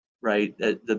right